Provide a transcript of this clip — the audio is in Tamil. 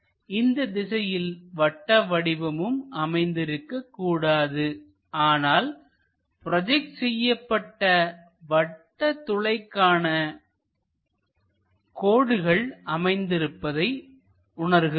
எனவே இந்த திசையில் வட்ட வடிவமும் அமைந்து இருக்கக் கூடாது ஆனால் ப்ரோஜெக்ட் செய்யப்பட்ட வட்ட துளைக்கான கோடுகள் அமைந்திருப்பதை உணர்கிறோம்